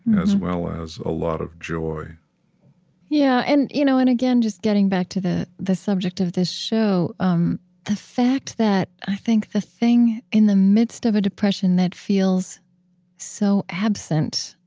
as well as a lot of joy yeah and you know and again, just getting back to the the subject of this show um the fact that i think the thing in the midst of a depression that feels so absent,